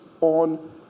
on